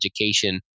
education